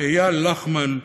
אייל לחמן,